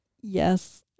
Yes